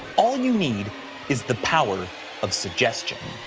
all you need is the power of suggestion.